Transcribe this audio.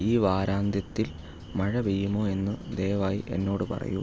ഈ വാരാന്ത്യത്തിൽ മഴ പെയ്യുമോ എന്ന് ദയവായി എന്നോട് പറയൂ